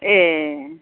ए